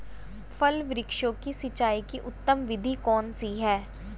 फल वृक्षों की सिंचाई की उत्तम विधि कौन सी है?